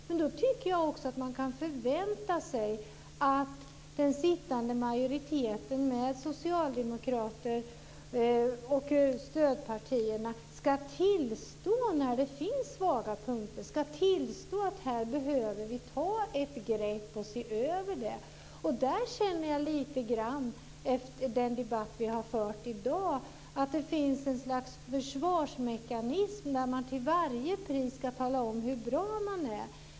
Men då tycker jag också att man kan förvänta sig att den sittande majoriteten, med socialdemokrater och stödpartierna, ska tillstå när det finns svaga punkter, ska tillstå att vi här behöver ta ett grepp och se över detta. Där känner jag, efter den debatt vi har fört i dag, att det lite grann finns ett slags försvarsmekanism. Man ska till varje pris tala om hur bra man är.